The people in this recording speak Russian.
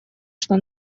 что